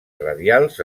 radials